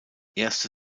erste